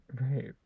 Right